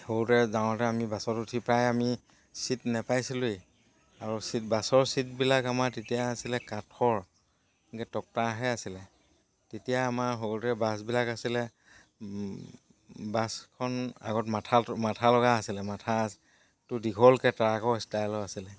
সৰুতে যাওঁতে আমি বাছত উঠি প্ৰায় আমি ছিট নেপাইছিলোঁৱেই আৰু চিট বাছৰ ছিটবিলাক আমাৰ তেতিয়া আছিলে কাঠৰ তক্তাহে আছিলে তেতিয়া আমাৰ সৰুতে বাছবিলাক আছিলে বাছখন আগত মাথা মাথা লগা আছিলে মাথাটো দীঘলকৈ ট্ৰাকৰ ষ্টাইলৰ আছিলে